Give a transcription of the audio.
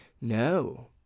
No